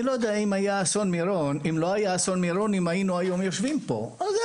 אם לא היה את אסון מירון אני לא יודע אם היינו בכל זאת יושבים פה היום,